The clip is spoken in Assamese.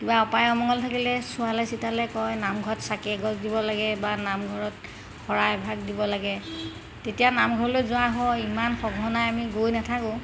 কিবা অপায় অমঙ্গল থাকিলে চোৱালে চিতালে কয় নামঘৰত চাকি এগছ দিব লাগে বা নামঘৰত শৰাই এভাগ দিব লাগে তেতিয়া নামঘৰলৈ যোৱা হয় ইমান সঘনাই আমি গৈ নেথাকোঁ